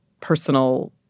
personal